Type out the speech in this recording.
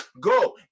Go